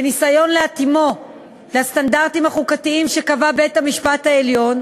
בניסיון להתאימו לסטנדרטים החוקתיים שקבע בית-המשפט העליון.